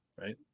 right